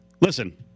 Listen